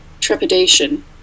trepidation